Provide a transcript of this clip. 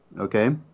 okay